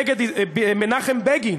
נגד מנחם בגין